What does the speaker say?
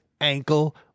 ankle